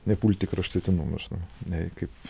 nepult į kraštutinumus nei kaip